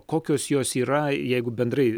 kokios jos yra jeigu bendrai